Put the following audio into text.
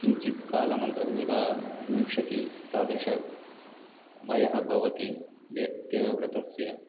किञ्चित्कालानन्तरं यदा विंशतिः तादृशः वयः भवति व्य देवव्रतस्य